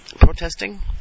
protesting